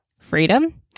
freedom